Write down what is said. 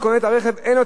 אין לו המידע הזה.